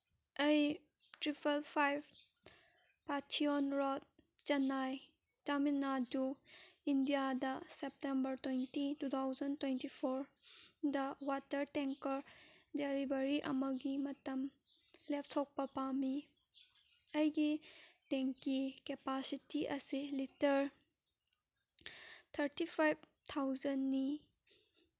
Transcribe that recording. ꯑꯩ triple five ꯄꯥꯆꯤꯌꯣꯟ road Chennai Tamil Nadu ꯏꯟꯗꯤꯌꯥꯗ September twenty two thousand twenty ꯐꯣꯔꯗ ꯋꯥꯇꯔ ꯇꯦꯡꯀꯔ ꯗꯤꯂꯤꯚꯔꯤ ꯑꯃꯒꯤ ꯃꯇꯝ ꯂꯦꯞꯊꯣꯛꯄ ꯄꯥꯝꯃꯤ ꯑꯩꯒꯤ ꯇꯦꯡꯀꯤ ꯀꯦꯄꯥꯁꯤꯇꯤ ꯑꯁꯤ ꯂꯤꯇꯔ ꯊꯔꯇꯤ ꯐꯥꯏꯚ ꯊꯥꯎꯖꯟꯅꯤ